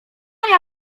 ania